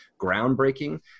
groundbreaking